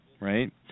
right